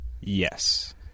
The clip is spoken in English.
Yes